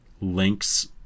Link's